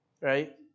Right